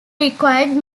required